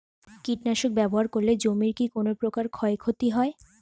কীটনাশক ব্যাবহার করলে জমির কী কোন প্রকার ক্ষয় ক্ষতি হয়?